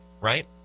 Right